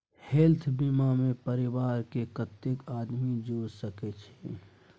Health बीमा मे परिवार के कत्ते आदमी जुर सके छै?